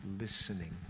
listening